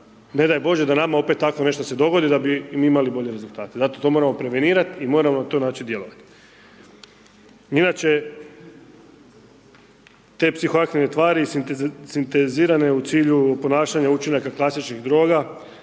ne daj bože da nama opet tako nešto se dogodi da bi mi imali bolje rezultate. Zato to moramo prevenirat i moramo na taj način djelovat. Inače te psihoaktivne tvari sintetizirane u cilju ponašanja učinaka klasičnih droga